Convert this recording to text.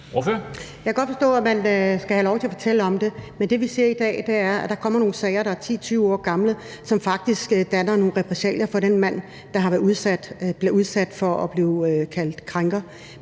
Jeg kan godt forstå, at man skal have lov til at fortælle om det, men det, vi ser i dag, er, at der kommer nogle sager, der er 10-20 år gamle, som faktisk indebærer repressalier for den mand, der bliver udsat for at blive kaldt krænker,